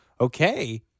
okay